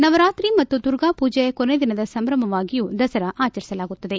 ನವರಾತ್ರಿ ಮತ್ತು ದುರ್ಗಾ ಪೂಜೆಯ ಕೊನೆಯ ದಿನದ ಸಂಭ್ರಮವಾಗಿಯೂ ದಸರಾ ಆಚರಿಸಲಾಗುತ್ತದೆ